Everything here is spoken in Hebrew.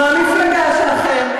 מהמפלגה שלכם,